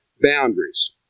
boundaries